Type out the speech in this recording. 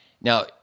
now